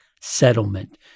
settlement